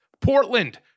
Portland